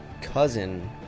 cousin